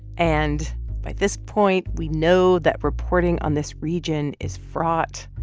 and by this point, we know that reporting on this region is fraught.